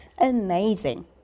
amazing